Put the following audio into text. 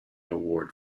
award